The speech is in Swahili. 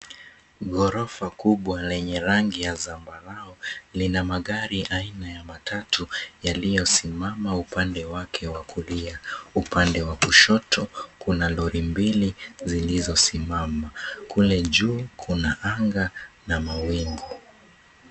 Ghorofa kubwa lenye rangi ya zambarau, lina magari aina ya matatu yaliyosimama upande wake wa kulia. Upande wa kushoto kuna lori mbili zilizosimama. Kule juu kuna anga na mawingu.